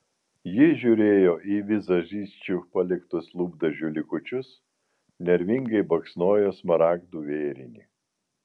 ji žiūrėjo į vizažisčių paliktus lūpdažių likučius nervingai baksnojo smaragdų vėrinį